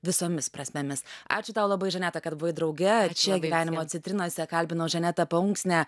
visomis prasmėmis ačiū tau labai žaneta kad buvai drauge čia gyvenimo citrinose kalbinau žanetą paunksnę